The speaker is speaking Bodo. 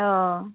अ